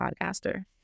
podcaster